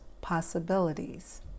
possibilities